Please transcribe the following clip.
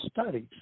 studies